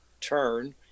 turn